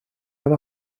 aber